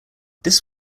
this